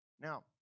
Now